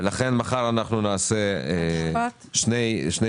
מחר נערוך שני